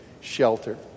shelter